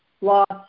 lost